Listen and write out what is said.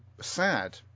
sad